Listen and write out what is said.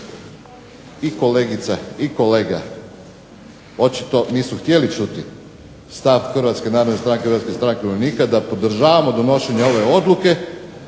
i kolegica i kolega očito nisu htjeli čuti stav Hrvatske narodne stranke i Hrvatske stranke umirovljenika da podržavamo donošenje ove Odluke